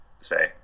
say